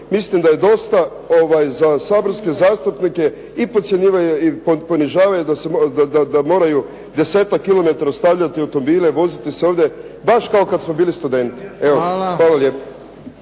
Milim da je dosta za saborske zastupnike i podcjenjivanje i ponižavaju da moraj desetak kilometara ostavljati automobile i voziti se ovdje baš kao kada smo bili studenti. Hvala lijepo.